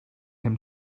him